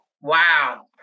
Wow